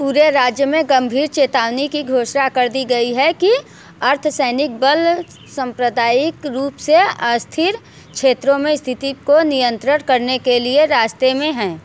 पूरे राज्य में गम्भीर चेतावनी की घोषणा कर दी गई है कि अर्थसैनिक बल संप्रदायिक रूप से अस्थिर क्षेत्रों में स्थिति को नियंत्रित करने के लिए रास्ते में हैं